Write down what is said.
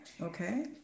okay